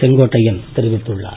செங்கோட்டையன் தெரிவித்துள்ளார்